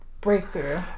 Breakthrough